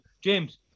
James